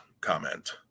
comment